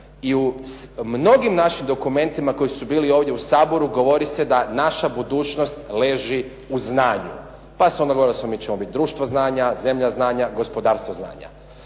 i u mnogim našim dokumentima koji su bili ovdje u Saboru govori se da naša budućnost leži u znanju. Pa se onda govorilo da smo, mi ćemo biti društvo znanja, zemlja znanja, gospodarstvo znanja.